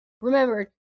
remember